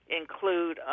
include